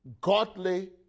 godly